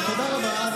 תודה רבה.